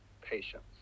patience